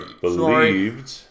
believed